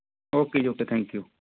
okay ji okay thank you